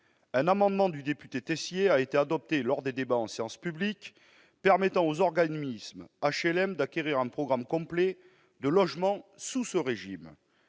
Un amendement du député Teissier a été adopté lors des débats en séance publique permettant aux organismes d'HLM d'acquérir un programme complet de logements sous ce régime.